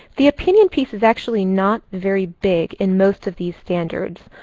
the opinion piece is actually not very big in most of these standards.